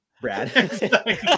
Brad